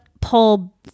pull